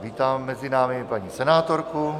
Vítám mezi námi paní senátorku.